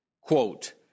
Quote